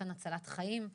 הצלת חיים.